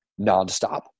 nonstop